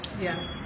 Yes